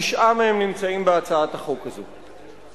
תשעה מהם נמצאים בהצעת החוק הזאת.